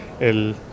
el